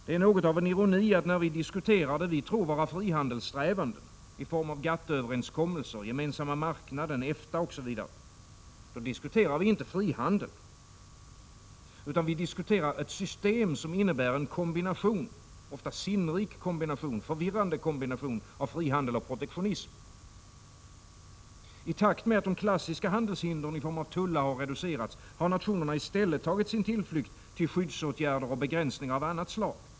Det är något av en ironi, att när vi diskuterar det vi tror vara frihandelssträvanden i form av GATT-överenskommelser, gemensamma marknaden, EFTA osv., diskuterar vi inte frihandeln utan ett system som innebär en kombination — ofta en sinnrik och förvirrande kombination — av frihandel och protektionism. I takt med att de klassiska handelshindren i form av tullar har reducerats har nationerna i stället tagit sin tillflykt till skyddsåtgärder och begränsningar av annat slag.